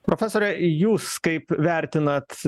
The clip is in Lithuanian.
profesore jūs kaip vertinat